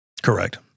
Correct